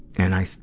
and i,